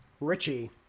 Richie